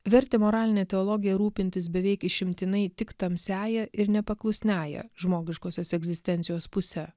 vertė moralinę teologiją rūpintis beveik išimtinai tik tamsiąja ir nepaklusniajam žmogiškosios egzistencijos puse